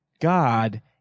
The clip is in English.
God